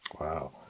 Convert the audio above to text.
Wow